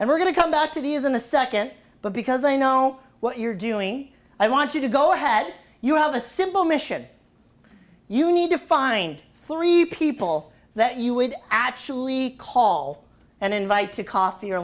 and we're going to come back to the is in a second but because i know what you're doing i want you to go ahead you have a simple mission you need to find three people that you would actually call and invite to coffee or